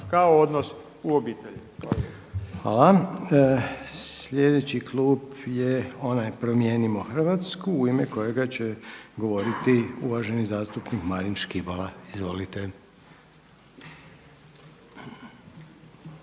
Željko (HDZ)** Hvala. Sljedeći klub je onaj Promijenimo Hrvatsku u ime kojega će govoriti uvaženi zastupnik Marin Škibola. Izvolite.